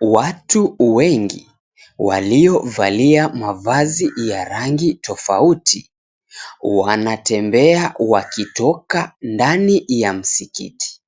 watu wengi waliovalia mavazi ya rangi tofauti wanatembea wakitoka ndani ya Msikiti.